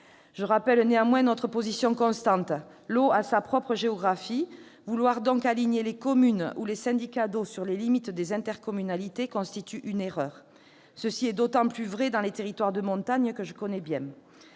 Je rappelle néanmoins notre position constante : l'eau a sa propre géographie. Vouloir aligner les communes ou les syndicats d'eau sur les limites des intercommunalités constitue par conséquent une erreur. Très bien ! Cela est d'autant plus vrai dans les territoires de montagne, que je connais bien.